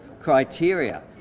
Criteria